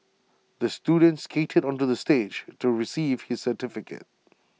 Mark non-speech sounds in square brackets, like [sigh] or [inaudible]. the student skated onto the stage to receive his certificate [noise]